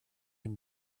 can